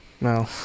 No